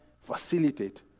facilitate